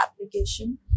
application